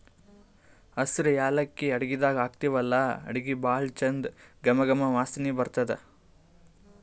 ಹಸ್ರ್ ಯಾಲಕ್ಕಿ ಅಡಗಿದಾಗ್ ಹಾಕ್ತಿವಲ್ಲಾ ಅಡಗಿ ಭಾಳ್ ಚಂದ್ ಘಮ ಘಮ ವಾಸನಿ ಬರ್ತದ್